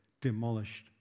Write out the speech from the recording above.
demolished